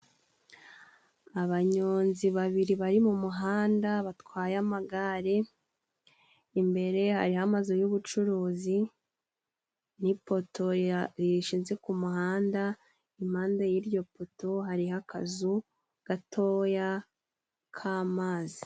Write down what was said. Abanyonzi babiri bari mu muhanda batwaye amagare, imbere hariho amazu y'ubucuruzi n'ipoto rishinze ku muhanda, impande y'iryo poto hariho akazu gatoya k'amazi.